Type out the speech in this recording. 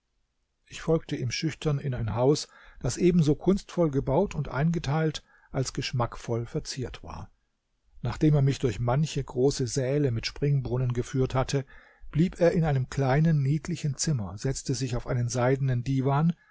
ich folgte ihm schüchtern in ein haus das ebenso kunstvoll gebaut und eingeteilt als geschmackvoll verziert war nachdem er mich durch manche große säle mit springbrunnen geführt hatte blieb er in einem kleinen niedlichen zimmer setzte sich auf einen seidenen diwan